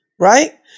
Right